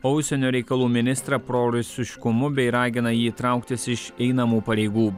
o užsienio reikalų ministrą prorusiškumu bei ragina jį trauktis iš einamų pareigų